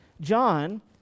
John